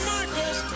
Michaels